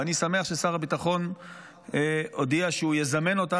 ואני שמח ששר הביטחון הודיע שהוא יזמן אותה